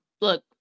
look